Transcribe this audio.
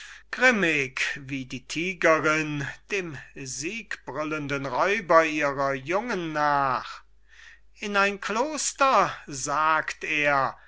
grimmig wie die tygerinn dem siegbrüllenden räuber ihrer jungen nach in ein kloster sagt er